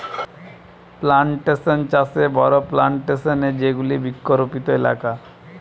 plantation চাষে বড়ো plantation এ যেগুলি বৃক্ষরোপিত এলাকা